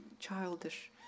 childish